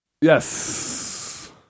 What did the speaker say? Yes